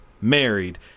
married